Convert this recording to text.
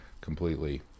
completely